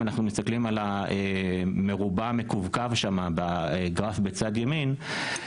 אם אנחנו מסתכלים על המרובע המקווקו בגרף בצד ימין,